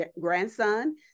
grandson